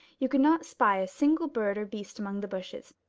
you could not spy a single bird or beast among the bushes.